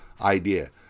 idea